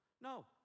No